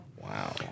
Wow